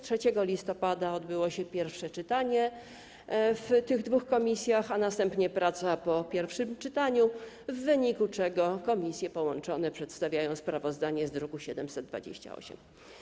3 listopada odbyło się pierwsze czytanie w tych dwóch komisjach, a następnie - praca po pierwszym czytaniu, w wyniku czego połączone komisje przedstawiają sprawozdanie z druku nr 728.